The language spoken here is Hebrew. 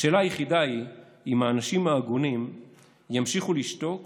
השאלה היחידה היא אם האנשים ההגונים ימשיכו לשתוק